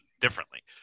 differently